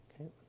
Okay